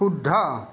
শুদ্ধ